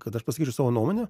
kad aš pasakyčiau savo nuomonę